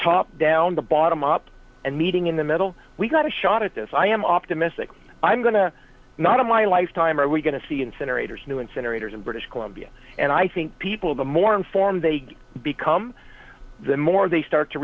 top down the bottom up and meeting in the middle we've got a shot at this i am optimistic i'm going to not in my lifetime are we going to see incinerators new incinerators in british columbia and i think people the more informed they become the more they start to